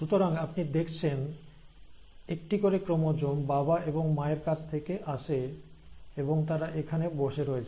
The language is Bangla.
সুতরাং আপনি দেখছেন একটি করে ক্রোমোজোম বাবা এবং মায়ের কাছ থেকে আসে এবং তারা এখানে বসে রয়েছে